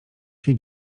się